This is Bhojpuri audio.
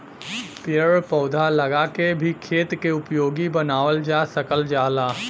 पेड़ पौधा लगा के भी खेत के उपयोगी बनावल जा सकल जाला